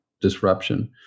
disruption